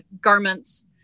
garments